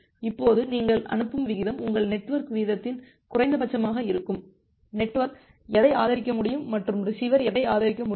இப்போது நீங்கள் அனுப்பும் விகிதம் உங்கள் நெட்வொர்க் வீதத்தின் குறைந்தபட்சமாக இருக்கும் நெட்வொர்க் எதை ஆதரிக்க முடியும் மற்றும் ரிசீவர் எதை ஆதரிக்க முடியும்